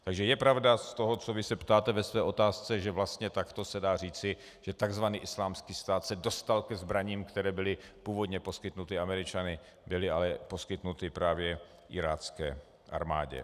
Takže je pravda z toho, na co vy se ptáte ve své otázce, že vlastně takto se dá říci, že tzv. Islámský stát se dostal ke zbraním, které byly původně poskytnuty Američany, ale byly právě poskytnuty irácké armádě.